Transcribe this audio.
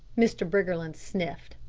mr. briggerland sniffed.